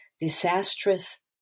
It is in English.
disastrous